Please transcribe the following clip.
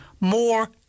more